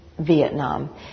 Vietnam